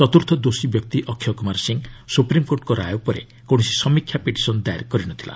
ଚତୁର୍ଥ ଦୋଷୀ ବ୍ୟକ୍ତି ଅକ୍ଷୟ କୁମାର ସିଂ ସୁପ୍ରିମ୍କୋର୍ଟଙ୍କ ରାୟ ଉପରେ କୌଣସି ସମୀକ୍ଷା ପିଟିସନ୍ ଦାଏର କରି ନଥିଲା